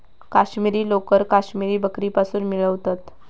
काश्मिरी लोकर काश्मिरी बकरीपासुन मिळवतत